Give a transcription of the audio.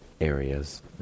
areas